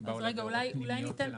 שנקבע אולי בהוראות פנימיות של המכון?